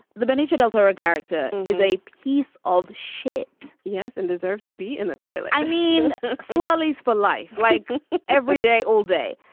the benicio del toro character is a piece of shit. yes. and deserves to be in the toilet. i mean, swallows for life. like every day. all day.